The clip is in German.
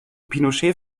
pinochet